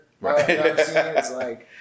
Right